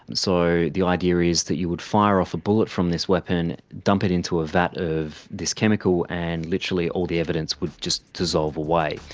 and so the idea is that you would fire off a bullet from this weapon, dump it into a vat of this chemical and literally all the evidence would just dissolve away,